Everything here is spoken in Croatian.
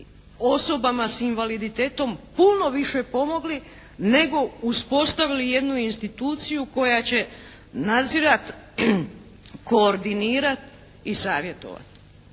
osobama s invaliditetom puno više pomogli nego uspostavili jednu instituciju koja će nadzirati, koordinirat i savjetovat.